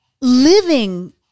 living